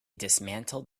dismantled